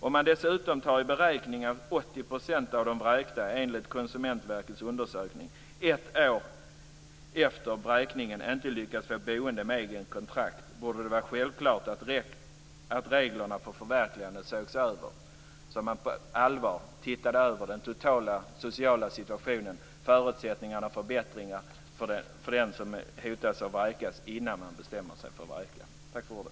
Om man dessutom tar i beräkning att 80 % av de vräkta enligt en undersökning av Konsumentverket ett år efter vräkningen inte lyckats få boende med eget kontrakt borde det vara självklart att reglerna för förverkandet sågs över och att man på allvar tittade över den totala sociala situationen, förutsättningar och förbättringar, för den som hotas av vräkning innan man bestämmer sig för att vräka. Tack för ordet!